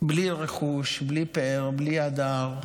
בלי רכוש, בלי פאר, בלי הדר,